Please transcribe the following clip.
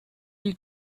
die